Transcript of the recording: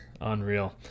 unreal